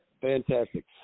fantastic